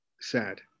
sad